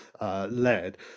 led